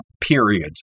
Period